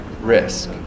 risk